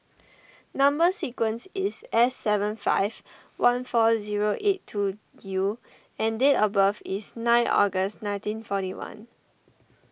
Number Sequence is S seven five one four zero eight two U and date of birth is nine August nineteen forty one